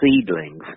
seedlings